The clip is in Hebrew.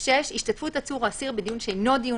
"השתתפות עצור או אסיר בדיון שאינו דיון